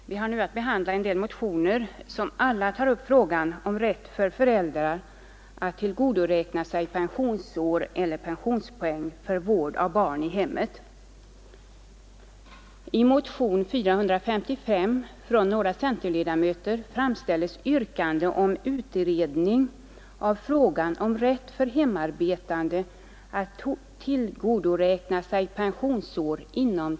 Herr talman! Vi har nu att behandla en del motioner som alla tar upp frågan om rätt för föräldrar att tillgodoräkna sig pensionsår eller pensionspoäng för vård av barn i hemmet. I motionen 455 från några pensioneringen för den tid då vederbörande vårdar små barn.